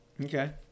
Okay